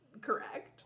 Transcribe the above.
correct